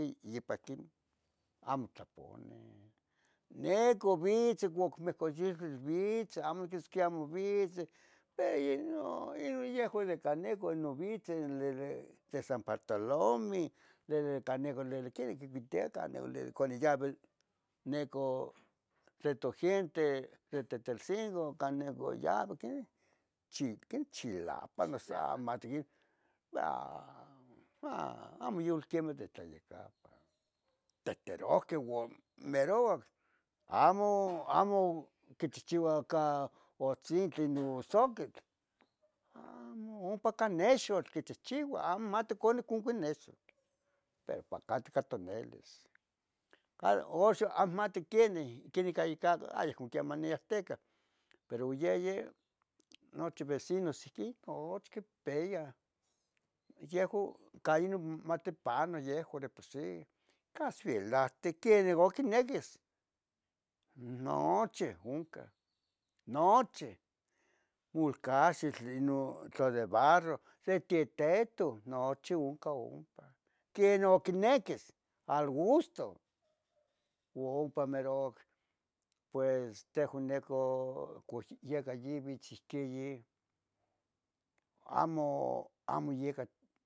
Yipaquinih, amo tlapovanih ne con vich ocmegogeel vich, amo queh isquia amo victzeh pero yeh non yehuan de Ceneco no victzeh de San Bartolomeh, de ne Ceneco tlenoh quicuitiaca cauli yave neco tlen togente de Teltelcingo cane voyavic quen, quen chil chilapan noso amati quen, ve amo, amo yol queme de tlayecapan teterohque uan merouac, amo, amo quichihchiua can ohtzintli non soquit amo, ompa cah nexotl quichihchiuah, amo mati cunih conqui nexotl pero pacatca toneles. Cada ox amo mati quenih, quenih yeh icah hay acmo queman niyahtica pero oyeye nochi vecinos ihquih, nochi quipeyah yeh o calle mati Pano yehua de por si, casuelaten queni go quinequis nochi ohcah, nochi molcaxitl inon tla de barro nochi oncan ompa quenon quinequis al gusto ompa mero oc pues teh goneco coh yeca yivitz ihquin yin amo, amo yeca